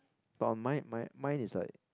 but on mine mine mine is like